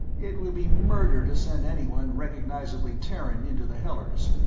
it would be murder to send anyone recognizably terran into the hellers.